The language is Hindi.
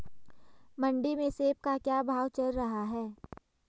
मंडी में सेब का क्या भाव चल रहा है?